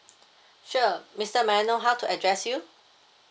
sure mister may I know how to address you